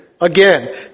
Again